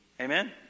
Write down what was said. Amen